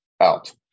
out